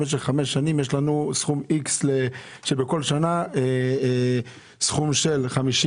שיש לנו תקציב ובכל שנה סכום מסוים?